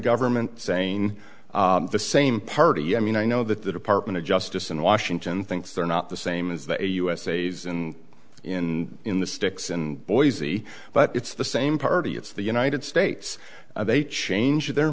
government saying the same party i mean i know that the department of justice in washington thinks they're not the same as the usas in in in the sticks in boise but it's the same party it's the united states they change their